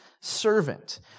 servant